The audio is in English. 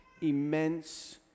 immense